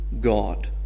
God